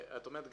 שאת אומרת,